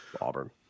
Auburn